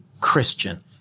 Christian